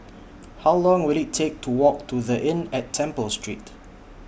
How Long Will IT Take to Walk to The Inn At Temple Street